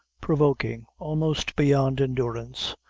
provoking almost beyond endurance,